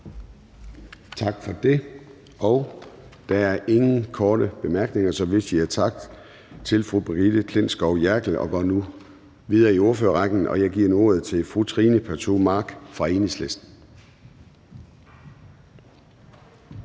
Tak for det. Der er ingen korte bemærkninger, så vi siger tak til fru Brigitte Klintskov Jerkel og går videre i ordførerrækken. Jeg giver nu ordet til fru Trine Pertou Mach fra Enhedslisten.